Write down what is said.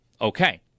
Okay